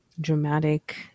dramatic